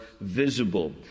visible